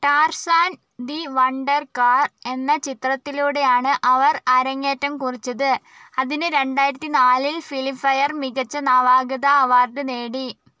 Tarzan the wonder car എന്ന ചിത്രത്തിലൂടെയാണ് അവർ അരങ്ങേറ്റം കുറിച്ചത് അതിന് രണ്ടായിരത്തിനാലിൽ ഫിലിം ഫെയർ മികച്ച നവാഗത അവാർഡ് നേടി